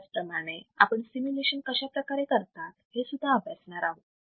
त्याच प्रमाणे आपण सीमुलेशन कशाप्रकारे करतात हेसुद्धा अभ्यासणार आहोत